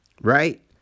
right